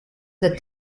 the